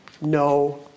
No